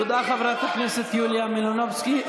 תודה, חברת הכנסת יוליה מלינובסקי.